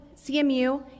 CMU